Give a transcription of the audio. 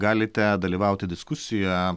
galite dalyvauti diskusijoje